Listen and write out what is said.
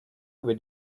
über